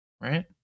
right